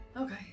Okay